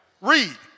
Read